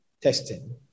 testing